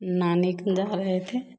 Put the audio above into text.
नानी खिन जा रहे थे